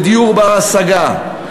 בדיור בר-השגה,